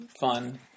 fun